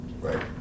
Right